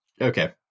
okay